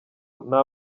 nta